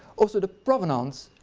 also the provenance